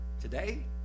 Today